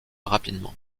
rapidement